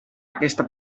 aquesta